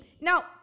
Now